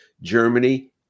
Germany